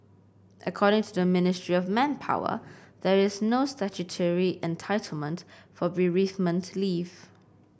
according to the Ministry of Manpower there is no statutory entitlement for bereavement leave